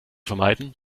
vermeiden